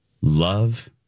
Love